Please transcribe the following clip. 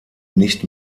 nicht